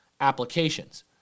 applications